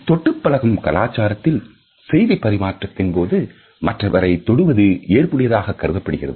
தொட்டு பழகும் கலாச்சாரத்தில் செய்திப் பரிமாற்றத்தின் போது மற்றவரை தொடுவது ஏற்புடையதாக கருதப்படுகிறது